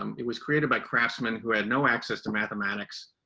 um it was created by craftsmen who had no access to mathematics,